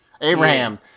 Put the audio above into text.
Abraham